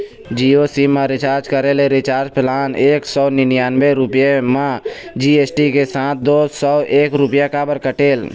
Jio SIM मा recharge करे ले रिचार्ज प्लान एक सौ निन्यानबे रुपए मा जी.एस.टी के साथ दो सौ एक रुपया काबर कटेल?